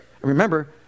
Remember